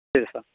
ശരി സർ